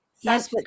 Yes